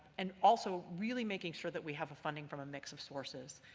and also, really making sure that we have a funding from a mix of sources.